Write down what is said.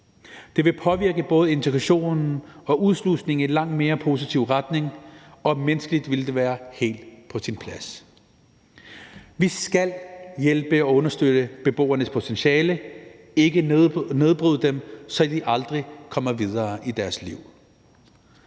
Det ville påvirke både integrationen og udslusningen i en langt mere positiv retning, og menneskeligt ville det være helt på sin plads. Vi skal hjælpe beboerne og understøtte deres potentiale, ikke nedbryde dem, så de aldrig kommer videre i deres liv.